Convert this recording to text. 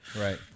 Right